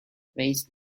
waste